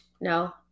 No